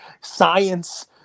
science